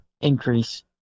increase